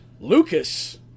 Lucas